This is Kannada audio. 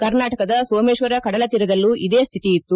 ಕರ್ನಾಟಕದ ಸೋಮೇಶ್ಲರ ಕಡಲ ತೀರದಲ್ಲೂ ಇದೇ ಸ್ಥಿತಿಯಿತ್ತು